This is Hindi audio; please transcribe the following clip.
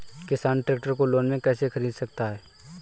किसान ट्रैक्टर को लोन में कैसे ख़रीद सकता है?